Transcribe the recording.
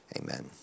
Amen